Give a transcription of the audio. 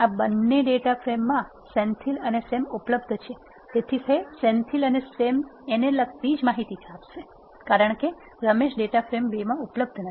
આ બન્નેડેટા ફ્રેમ્સ માં સેન્થીલ અને સેમ ઉપલબ્ધ છે તેથી તે સેન્થીલ અને સેમ ને લગતીજ માહિતી છાપશે કારણ કે રમેશ ડેટા ફ્રેમ 2 મા ઉપલબ્ધ નથી